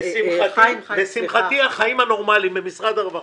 נשמח להתייחס אחרי זה, יושבת-ראש הוועדה.